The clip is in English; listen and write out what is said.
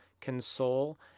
Console